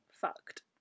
fucked